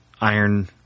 Iron